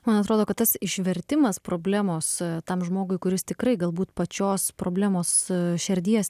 man atrodo kad tas išvertimas problemos tam žmogui kuris tikrai galbūt pačios problemos šerdies